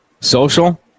Social